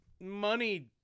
money